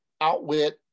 outwit